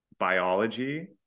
biology